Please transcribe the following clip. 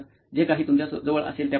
जे काही तुमच्याजवळ असेल त्यापैकी